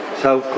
South